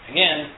Again